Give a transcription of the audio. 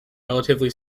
relatively